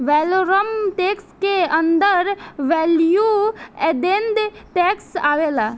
valorem tax के अंदर value added tax आवेला